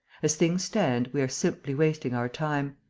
as things stand, we are simply wasting our time.